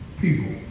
people